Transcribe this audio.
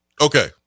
Okay